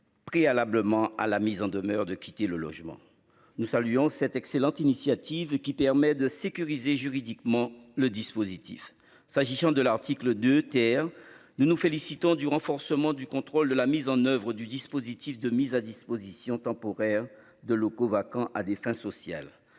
Préalablement à la mise en demeure de quitter le logement. Nous saluons cette excellente initiative qui permet de sécuriser juridiquement le dispositif s'agissant de l'article de terre. Nous nous félicitons du renforcement du contrôle de la mise en oeuvre du dispositif de mise à disposition temporaire de locaux vacants à des fins sociales